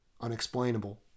unexplainable